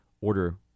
order